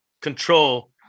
control